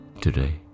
Today